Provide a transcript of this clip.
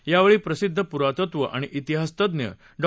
यावेळी प्रसिद्ध पुरातत्व आणि तिहासतज्ञ डॉ